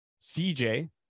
CJ